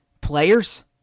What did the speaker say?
Players